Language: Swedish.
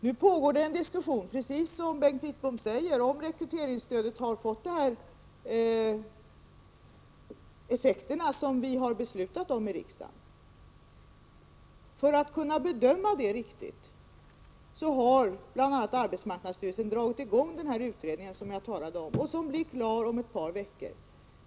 Nu pågår det en diskussion — precis som Bengt Wittbom påpekar — om huruvida rekryteringsstödet har fått de effekter som var syftet med riksdagens beslut. För att man skall kunna bedöma det riktigt har bl.a. arbetsmarknadsstyrelsen dragit i gång den utredning som jag talade om och som blir klar om ett par veckor.